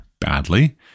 badly